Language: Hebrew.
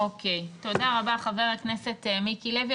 אוקיי, תודה רבה חבר הכנסת מיקי לוי.